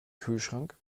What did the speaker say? kühlschrank